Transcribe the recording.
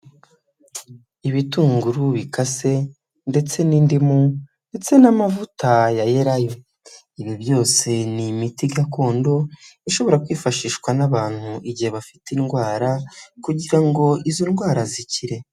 Ibitunguru bikase ndetse n'indimu ndetse n'amavuta ya elayo, ibi byose ni imiti gakondo ishobora kwifashishwa n'abantu igihe bafite indwara kugira ngo izo ndwara zikire.